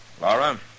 Laura